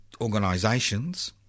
organisations